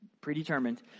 predetermined